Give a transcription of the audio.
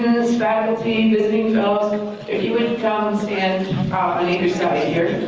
faculty, visiting fellows. if you would come and stand on either side here.